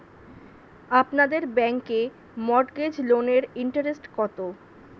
আপনাদের ব্যাংকে মর্টগেজ লোনের ইন্টারেস্ট কত?